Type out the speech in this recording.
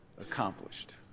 accomplished